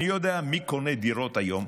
אני יודע מי קונה דירות היום.